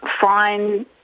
fine